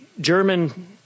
German